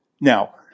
Now